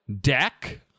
deck